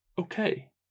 okay